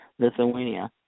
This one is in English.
Lithuania